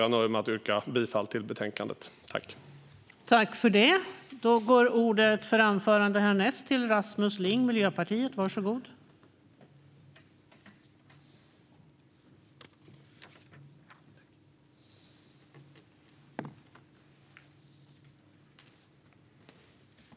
Jag nöjer mig med att yrka bifall till utskottets förslag i betänkandet.